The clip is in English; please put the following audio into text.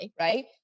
right